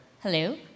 Hello